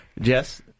Jess